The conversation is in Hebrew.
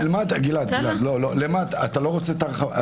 גלעד, אתה לא רוצה את ההרחבה?